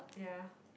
ya